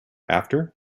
after